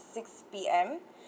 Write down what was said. six P_M